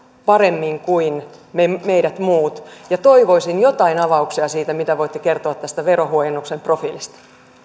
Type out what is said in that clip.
paremmin kuin meidät muut ja toivoisin joitain avauksia siitä mitä voitte kertoa tästä verohuojennuksen profiilista